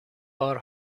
بار